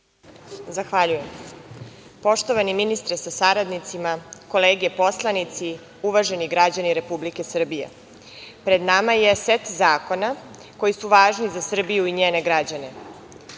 Zahvaljujem. Poštovani ministre sa saradnicima, kolege poslanici, uvaženi građani Republike Srbije, pred nama je set zakona koji su važni za Srbiju i njene građane.